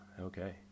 Okay